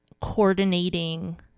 coordinating